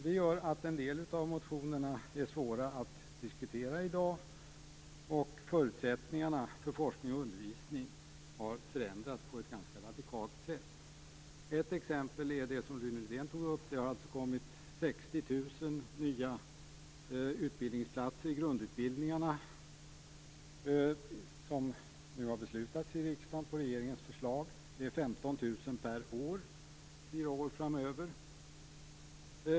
Det gör att en del av motionerna är svåra att diskutera i dag, och förutsättningarna för forskning och undervisning har förändrats på ett ganska radikalt sätt. Ett exempel är det som Rune Rydén tog upp, att det har tillkommit 60 000 nya utbildningsplatser i grundutbildningarna, som nu har beslutats i riksdagen på regeringens förslag. Det är 15 000 per år fyra år framöver.